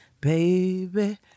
Baby